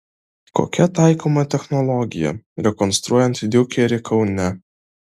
kokia taikoma technologija rekonstruojant diukerį kaune